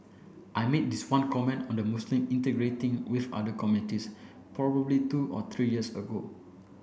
I made this one comment on the Muslim integrating with other communities probably two or three years ago